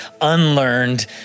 unlearned